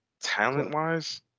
talent-wise